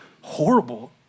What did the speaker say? horrible